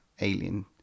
Alien